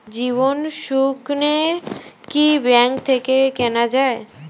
জীবন সুকন্যা কি ব্যাংক থেকে কেনা যায়?